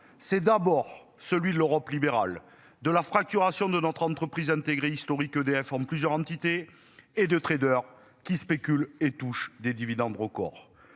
c'est d'abord celui de l'Europe libérale de la fracturation de notre entreprise intégrée historique EDF en plusieurs entités et de traders qui spéculent et touchent des dividendes record.